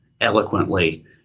eloquently